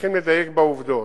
צריכים לדייק בעובדות.